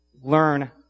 learn